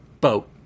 boat